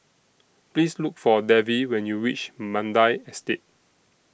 Please Look For Davy when YOU REACH Mandai Estate